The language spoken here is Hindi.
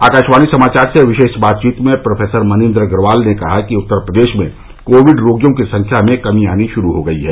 आकाशवाणी समाचार से विशेष बातचीत में प्रोफेसर मनिन्द्र अग्रवाल ने कहा कि उत्तर प्रदेश में कोविड रोगियों की संख्या में कमी आनी शुरू हो गई है